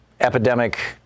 epidemic